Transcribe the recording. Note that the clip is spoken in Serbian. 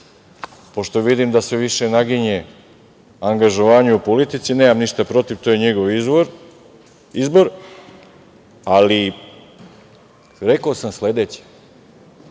pošto vidim da se više naginje angažovanju u politici. Nemam ništa protiv to je njegov izbor. Rekao sam sledeće,